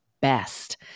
best